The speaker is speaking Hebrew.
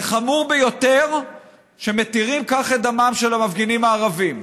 זה חמור ביותר שמתירים כך את דמם של המפגינים הערבים.